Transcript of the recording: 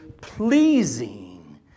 pleasing